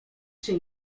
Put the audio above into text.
czy